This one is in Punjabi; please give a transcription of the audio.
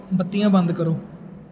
ਬੱਤੀਆਂ ਬੰਦ ਕਰੋ